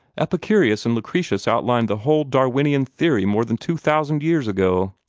epicurus and lucretius outlined the whole darwinian theory more than two thousand years ago.